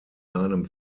seinem